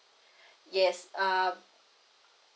yes uh